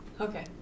okay